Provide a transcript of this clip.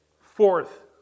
Fourth